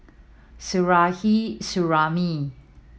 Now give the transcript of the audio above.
Suzairhe Sumari